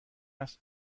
است